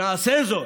נעשה זאת.